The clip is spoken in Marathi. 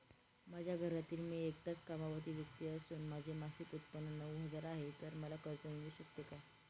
माझ्या घरातील मी एकटाच कमावती व्यक्ती असून माझे मासिक उत्त्पन्न नऊ हजार आहे, तर मला कर्ज मिळू शकते का?